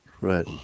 right